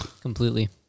Completely